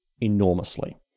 enormously